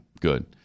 Good